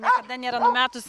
niekada nėra numetus